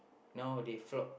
now they flop